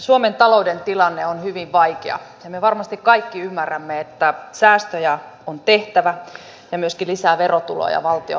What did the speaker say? suomen talouden tilanne on hyvin vaikea ja me varmasti kaikki ymmärrämme että säästöjä on tehtävä ja myöskin lisää verotuloja valtiolle on saatava